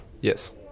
Yes